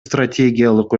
стратегиялык